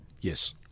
Yes